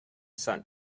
sun